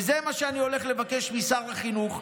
וזה מה שאני הולך לבקש משר החינוך,